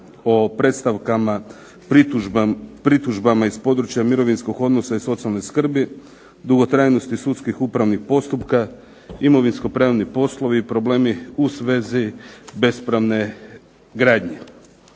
o predstavka, pritužbama iz područja mirovinskog odnosa i socijalne skrbi, dugotrajnosti sudskih upravnih postupka, imovinsko pravni poslovi, problemi u svezi bespravne gradnje.